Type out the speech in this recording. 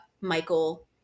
Michael